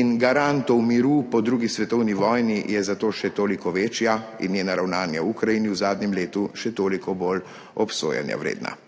in garantov miru po drugi svetovni vojni je zato še toliko večja in njena ravnanja v Ukrajini v zadnjem letu še toliko bolj obsojanja vredna.